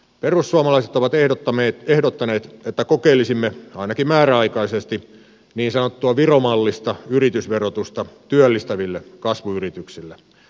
perussuomalaiset ovat ehdottaneet että kokeilisimme ainakin määräaikaisesti niin sanottua viro mallista yritysverotusta työllistäville kasvuyrityksille